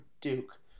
Duke